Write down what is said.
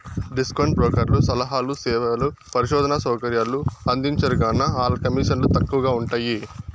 discount బ్రోకర్లు సలహాలు, సేవలు, పరిశోధనా సౌకర్యాలు అందించరుగాన, ఆల్ల కమీసన్లు తక్కవగా ఉంటయ్యి